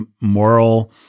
moral